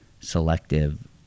selective